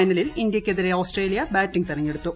ഫൈനലിൽ ഇന്ത്യയ്ക്കെതിരെ Australia batting തെരഞ്ഞെടുത്തു